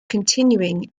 continuing